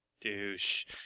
Douche